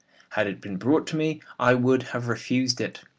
had it been brought to me, i would have refused it.